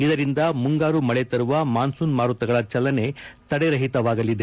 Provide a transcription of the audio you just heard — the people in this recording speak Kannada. ಇದರಿಂದ ಮುಂಗಾರು ಮಳೆ ತರುವ ಮಾನ್ಸೂನ್ ಮಾರುತಗಳ ಚಲನೆ ತಡೆರಹಿತವಾಗಲಿದೆ